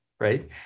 Right